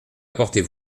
apportez